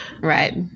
Right